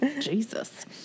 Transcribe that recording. Jesus